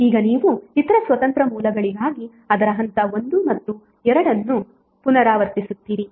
ಈಗ ನೀವು ಇತರ ಸ್ವತಂತ್ರ ಮೂಲಗಳಿಗಾಗಿ ಅದರ ಹಂತ 1 ಮತ್ತು 2 ಅನ್ನು ಪುನರಾವರ್ತಿಸುತ್ತೀರಿ